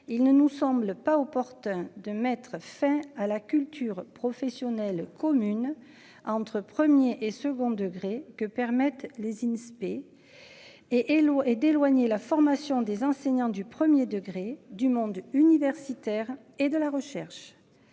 Il ne nous semble pas opportun de mettre fin à la culture professionnelle commune. Entre 1er et second degré que permettent les spé. Et et l'eau et d'éloigner la formation des enseignants du premier degré du monde universitaire et de la recherche.